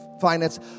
finance